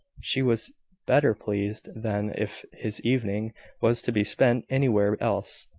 she was better pleased than if his evening was to be spent anywhere else.